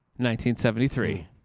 1973